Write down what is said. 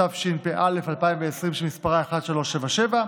התשפ"א 2020, שמספרה 1377,